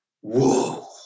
whoa